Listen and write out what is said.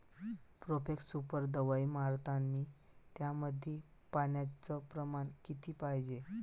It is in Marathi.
प्रोफेक्स सुपर दवाई मारतानी त्यामंदी पान्याचं प्रमाण किती पायजे?